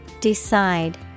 Decide